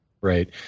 Right